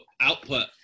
output